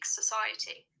society